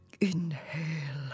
Inhale